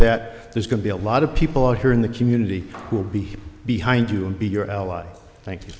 that there's going to be a lot of people out here in the community will be behind you and be your allies thank you